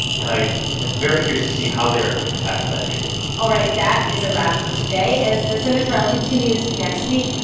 and i am very curious to see how they are going to tackle that issue all right. that is a wrap for today. as the senate trial continues next week,